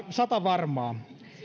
satavarmaa